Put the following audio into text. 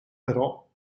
però